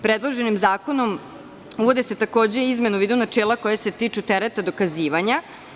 Predloženim zakonom se uvode izmene u vidu načela koja se tiču tereta dokazivanja.